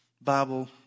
Bible